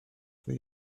they